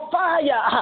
fire